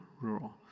rural